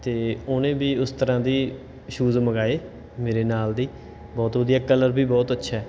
ਅਤੇ ਉਹਨੇ ਵੀ ਉਸ ਤਰ੍ਹਾਂ ਦੇ ਸ਼ੂਜ ਮੰਗਵਾਏ ਮੇਰੇ ਨਾਲ ਦੇ ਬਹੁਤ ਵਧੀਆ ਕਲਰ ਵੀ ਬਹੁਤ ਅੱਛਾ